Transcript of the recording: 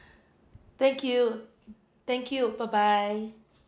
thank you thank you bye bye